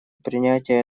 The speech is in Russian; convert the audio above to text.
принятие